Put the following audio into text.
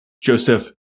Joseph